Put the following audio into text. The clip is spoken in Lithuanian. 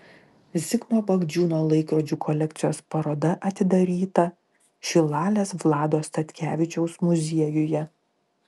zigmo bagdžiūno laikrodžių kolekcijos paroda atidaryta šilalės vlado statkevičiaus muziejuje